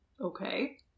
Okay